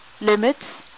limits